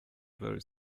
very